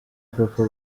papa